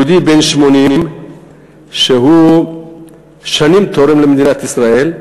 יהודי בן 80 ששנים תורם למדינת ישראל,